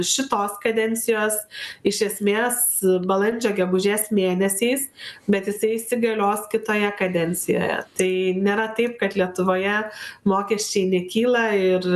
šitos kadencijos iš esmės balandžio gegužės mėnesiais bet jisai įsigalios kitoje kadencijoje tai nėra taip kad lietuvoje mokesčiai nekyla ir